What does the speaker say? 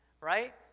right